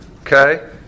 Okay